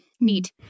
Neat